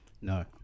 No